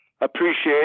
appreciate